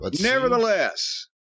Nevertheless